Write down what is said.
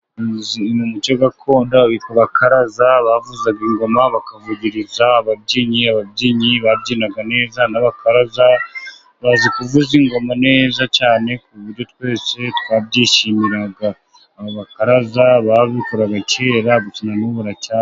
Mu muco gakondo babita abakaraza bavuzaga ingoma, bakavugiriza ababyinnyi, ababyinnyi babyinaga neza n'abakaraza bazi kuvuza ingoma neza cyane ku buryo twese twabyishimiraga. Abakaraza babikoraga kera gusa na n'ubu baracya...